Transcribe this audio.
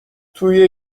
توی